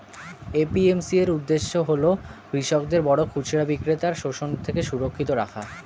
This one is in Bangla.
এ.পি.এম.সি এর উদ্দেশ্য হল কৃষকদের বড় খুচরা বিক্রেতার শোষণ থেকে সুরক্ষিত রাখা